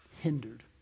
hindered